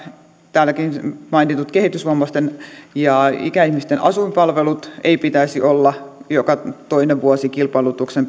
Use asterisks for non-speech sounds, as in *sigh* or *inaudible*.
täälläkin mainittujen kehitysvammaisten ja ikäihmisten asuinpalveluiden ei pitäisi olla joka toinen vuosi kilpailutuksen *unintelligible*